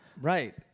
Right